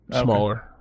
Smaller